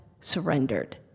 surrendered